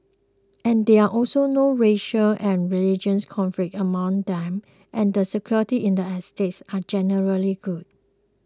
and there are also no racial and religious conflicts among them and security in the estates are generally good